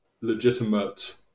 legitimate